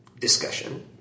Discussion